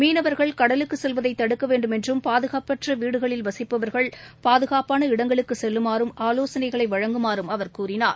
மீனவர்கள் கடலுக்குசெல்வதைதடுக்கவேண்டும் என்றம் பாதனப்பற்றவீடுகளில் வசிப்பவர்கள் பாதுகாப்பாள இடங்களுக்குசெல்லுமாறுஆலோசனைகளைவழங்குமாறும் அவர் கூறினார்